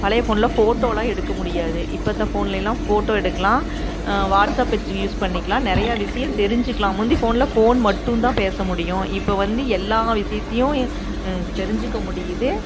பழைய ஃபோன்ல ஃபோட்டோலாம் எடுக்க முடியாது இப்பத்த ஃபோன்லேலாம் ஃபோட்டோ எடுக்கலாம் வாட்ஸ்அப் வச்சு யூஸ் பண்ணிக்கலாம் நிறைய விஷயம் தெரிஞ்சிக்கலாம் முந்தி ஃபோன்ல ஃபோன் மட்டும் தான் பேச முடியும் இப்போ வந்து எல்லா விஷயத்தையும் தெரிஞ்சிக்க முடியுது